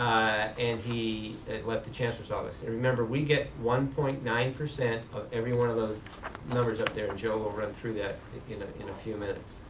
and he what the chancellor's office. and remember we get one point nine of everyone of those numbers up there. and joe will run through that in ah in a few minutes.